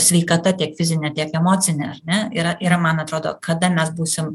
sveikata tiek fizinė tiek emocinė ar ne yra yra man atrodo kada mes būsim